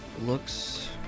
looks